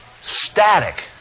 static